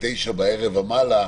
21:00 בערב ומעלה,